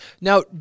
now